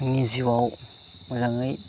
आंनि जिउआव मोजाङै